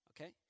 Okay